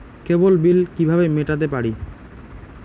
কেবল bill কিভাবে মেটাতে পারি?